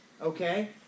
okay